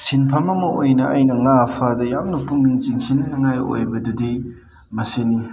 ꯁꯤꯟꯐꯝ ꯑꯃ ꯑꯣꯏꯅ ꯑꯩꯅ ꯉꯥ ꯐꯕꯗ ꯌꯥꯝꯅ ꯄꯨꯛꯅꯤꯡ ꯆꯤꯡꯁꯤꯟꯅꯤꯉꯥꯏ ꯑꯣꯏ ꯃꯗꯨꯗꯤ ꯃꯁꯤꯅꯤ